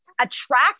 attract